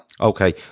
Okay